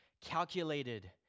calculated